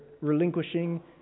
relinquishing